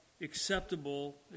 acceptable